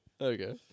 okay